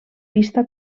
pista